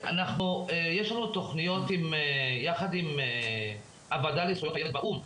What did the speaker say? יש לנו תוכניות יחד עם הוועדה לזכויות הילד באו"ם.